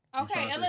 Okay